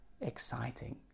exciting